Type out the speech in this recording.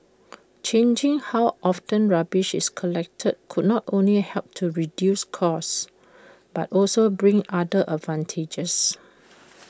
changing how often rubbish is collected could not only help to reduce costs but also bring other advantages